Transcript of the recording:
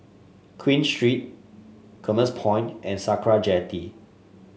Queen Street Commerce Point and Sakra Jetty